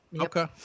Okay